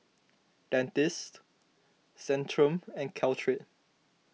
Dentiste Centrum and Caltrate